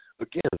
again